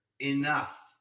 enough